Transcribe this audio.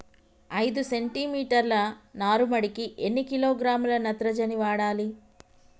ఐదు సెంటిమీటర్ల నారుమడికి ఎన్ని కిలోగ్రాముల నత్రజని వాడాలి?